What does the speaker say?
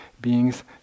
beings